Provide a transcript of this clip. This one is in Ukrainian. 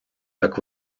так